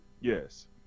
Yes